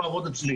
לעבוד אצלי.